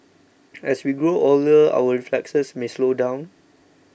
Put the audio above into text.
as we grow older our reflexes may slow down